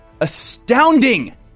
astounding